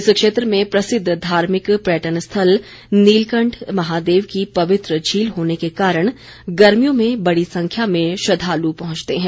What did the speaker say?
इस क्षेत्र में प्रसिद्व धार्मिक पर्यटन स्थल नीलकंठ महादेव की पवित्र झील होने के कारण गर्मियों में बड़ी संख्या में श्रद्वालु पहुंचते हैं